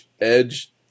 Edge